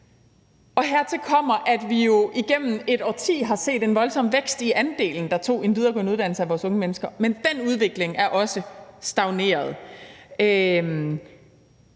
Og hertil kommer, at vi jo igennem et årti har set en voldsom vækst i andelen af unge mennesker, der tager en videregående uddannelse, men den udvikling er også stagneret.